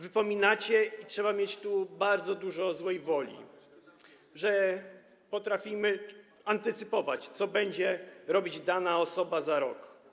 Wypominacie, i trzeba mieć tu bardzo dużo złej woli, że potrafimy antycypować, co będzie robić dana osoba za rok.